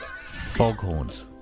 Foghorns